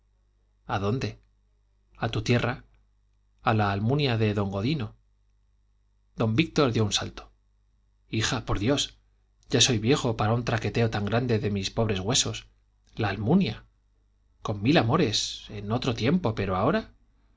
a dónde a tu tierra a la almunia de don godino don víctor dio un salto hija por dios ya soy viejo para un traqueteo tan grande de mis pobres huesos la almunia con mil amores en otro tiempo pero ahora